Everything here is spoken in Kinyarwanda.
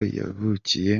yavukiye